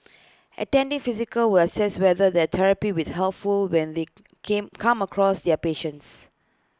attending physical will assess whether that therapy with helpful when they came come across their patients